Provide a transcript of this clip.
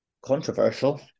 controversial